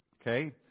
Okay